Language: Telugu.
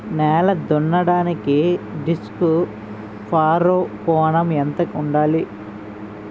నేల దున్నడానికి డిస్క్ ఫర్రో కోణం ఎంత ఉండాలి?